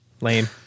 Lame